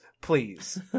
please